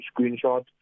screenshot